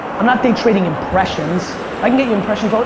i'm not day trading impressions. i can get you impressions. ah